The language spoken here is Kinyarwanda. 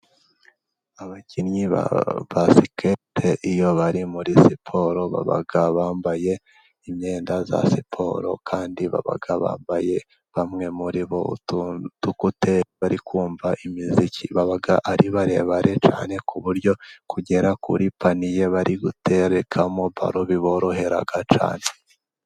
Abakinnyi ba basikete iyo bari muri siporo, baba bambaye imyenda ya siporo, kandi baba bambaye, bamwe muri bo udukuteri bari kumva imiziki, baba ari barebare cyane ku buryo kugera kuri paniye bari guterekamo baro biborohera cyane.